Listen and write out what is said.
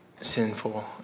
sinful